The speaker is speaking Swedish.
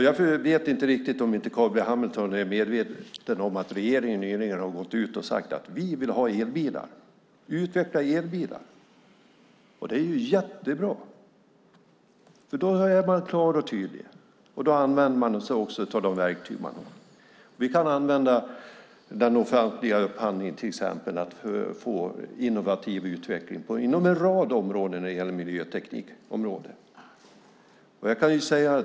Jag vet inte riktigt om Carl B Hamilton är medveten om att regeringen nyligen har gått ut och sagt: Vi vill ha elbilar. Utveckla elbilar! Det är ju jättebra, för då är man klar och tydlig och använder sig också av de verktyg man har. Vi kan till exempel använda den offentliga upphandlingen för att få innovativ utveckling inom en rad områden när det gäller miljöteknik.